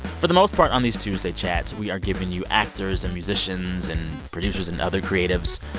for the most part, on these tuesday chats, we are giving you actors and musicians and producers and other creatives.